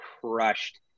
crushed